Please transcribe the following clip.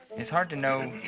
it's hard to know.